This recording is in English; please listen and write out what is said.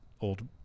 old